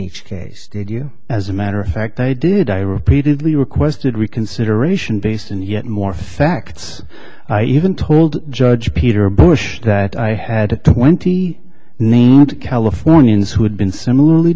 each case did you as a matter of fact i did i repeatedly requested reconsideration base and yet more facts i even told judge peter bush that i had twenty named californians who had been similarly